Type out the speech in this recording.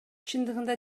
чындыгында